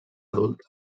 adulta